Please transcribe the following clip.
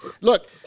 Look